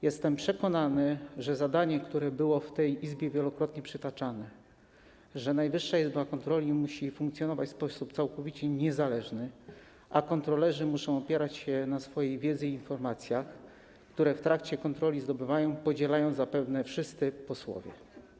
Jestem przekonany, że zdanie, które było w tej Izbie wielokrotnie przytaczane, że Najwyższa Izba Kontroli musi funkcjonować w sposób całkowicie niezależny, a kontrolerzy muszą opierać się na swojej wiedzy i informacjach, które w trakcie kontroli zdobywają, podzielają zapewne wszyscy posłowie.